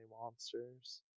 monsters